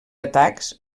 atacs